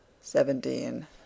seventeen